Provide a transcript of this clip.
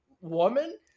woman